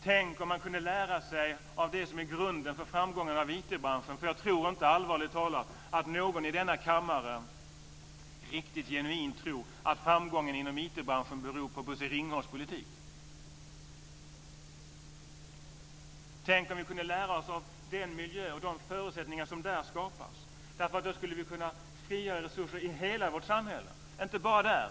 Tänk om man kunde lära sig av det som är grunden för framgångarna i IT-branschen! Jag tror nämligen inte, allvarligt talat, att någon i denna kammare riktigt genuint tror att framgången inom IT-branschen beror på Bosse Ringholms politik. Tänk om vi kunde lära oss av den miljö och de förutsättningar som skapas där! Då skulle vi kunna frigöra resurser i hela vårt samhälle och inte bara där.